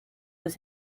was